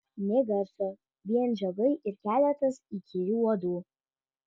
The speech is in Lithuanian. nė garso vien žiogai ir keletas įkyrių uodų